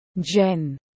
Jen